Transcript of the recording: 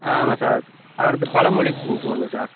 ஆமாம் சார் அடுத்து பழமொலி புக்கு ஒன்று சார்